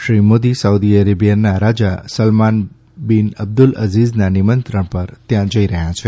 Shri Modi Saudi અરેબિયાના રાજા Salman bin Abdul અઝીઝના નિમંત્રણ પર ત્યાં જઇ રહ્યા છે